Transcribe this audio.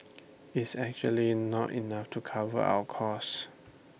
is actually not enough to cover our cost